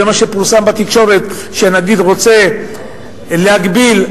זה מה שפורסם בתקשורת שהנגיד רוצה להגביל,